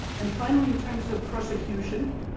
and finally, in terms of prosecution,